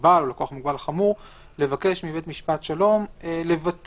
מוגבל או לקוח מוגבל חמור לבקש מבית משפט שלום לבטל